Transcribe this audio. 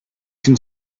can